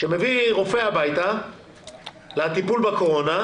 שמביא רופא הביתה לטיפול בקורונה,